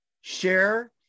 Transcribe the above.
share